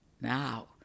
Now